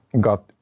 got